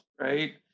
Right